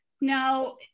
Now